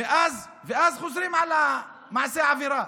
ואז חוזרים על מעשה העבירה.